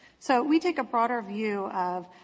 so we take a broader view of